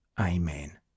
Amen